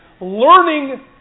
learning